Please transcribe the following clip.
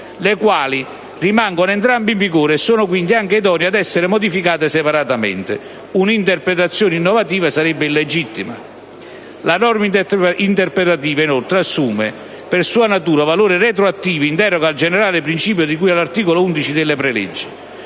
le quali rimangono entrambe in vigore e sono quindi anche idonee ad essere modificate separatamente. Una interpretazione innovativa sarebbe illegittima. La norma interpretativa, inoltre, assume per sua natura valore retroattivo in deroga al generale principio di cui all'articolo 11 delle preleggi.